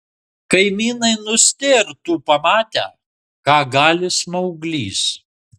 kaimynai nustėrtų pamatę ką gali smauglys